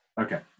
Okay